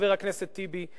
חבר הכנסת טיבי,